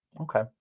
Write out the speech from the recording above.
Okay